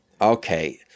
okay